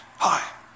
Hi